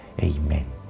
Amen